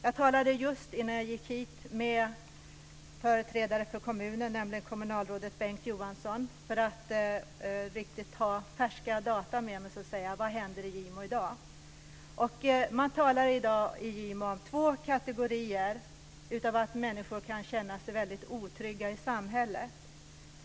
Jag talade just innan jag gick hit med företrädare för kommunen, nämligen kommunalrådet Bengt Johansson, för att riktigt ha färska data med mig - Vad händer i Gimo i dag? Man talar i dag i Gimo om två kategorier som gör att människor kan känna sig väldigt otrygga i samhället.